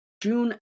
June